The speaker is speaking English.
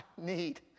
need